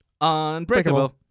Unbreakable